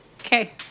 Okay